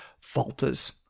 falters